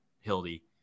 Hildy